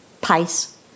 pace